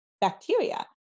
bacteria